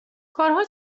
کارها